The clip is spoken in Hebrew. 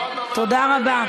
תודה רבה.